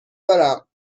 دارم